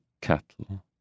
Cattle